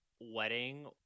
wedding